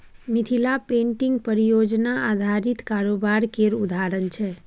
Mithila painting परियोजना आधारित कारोबार केर उदाहरण छै